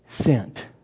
sent